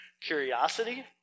curiosity